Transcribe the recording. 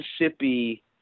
Mississippi